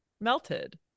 melted